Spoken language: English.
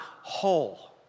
whole